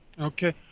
Okay